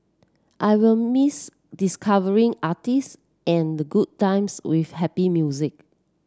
I will miss discovering artist and the good times with happy music